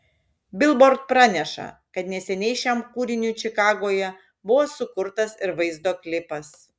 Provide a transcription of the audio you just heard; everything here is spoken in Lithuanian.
bilbord praneša kad neseniai šiam kūriniui čikagoje buvo sukurtas ir vaizdo klipas